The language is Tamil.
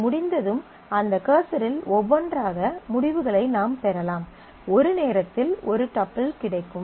அது முடிந்ததும் அந்த கர்சரில் ஒவ்வொன்றாக முடிவுகளை நாம் பெறலாம் ஒரு நேரத்தில் ஒரு டப்பிள் கிடைக்கும்